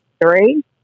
Three